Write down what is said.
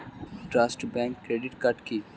Trust bank credit card কি?